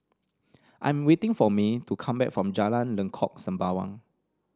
I am waiting for Mae to come back from Jalan Lengkok Sembawang